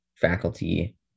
faculty